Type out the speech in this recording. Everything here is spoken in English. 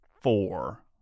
four